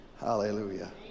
Hallelujah